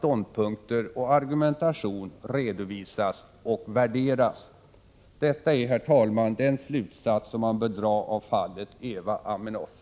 20 maj 1987 Detta är, herr talman, den slutsats som man bör dra av fallet Eva Aminoff.